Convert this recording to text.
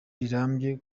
rirambye